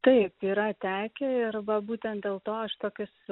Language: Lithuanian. taip yra tekę ir va būtent dėl to aš tokius